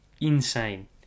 Insane